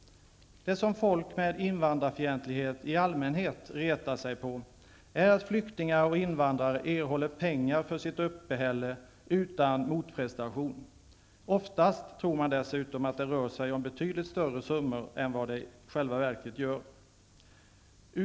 Det som folk med invandrarfientlighet i allmänhet retar sig på är att flyktingar och invandrare erhåller pengar för sitt uppehälle utan motprestation. Oftast tror man dessutom att det rör sig om betydligt större summor än vad det i själva verket är fråga om.